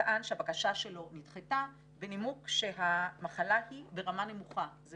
טען שהבקשה שלו נדחתה בנימוק שהמחלה היא ברמה נמוכה - זה